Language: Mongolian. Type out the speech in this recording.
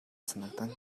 санагдана